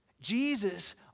Jesus